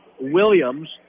Williams